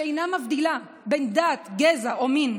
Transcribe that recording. שאינה מבדילה בין דת, גזע או מין.